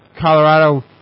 Colorado